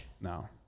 No